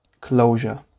closure